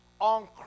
on